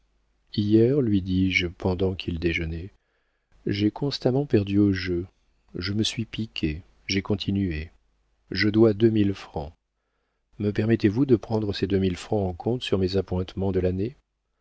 hier lui dis-je pendant qu'il déjeunait j'ai constamment perdu au jeu je me suis piqué j'ai continué je dois deux mille francs me permettez-vous de prendre ces deux mille francs en compte sur mes appointements de l'année